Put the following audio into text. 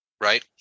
Right